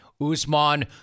Usman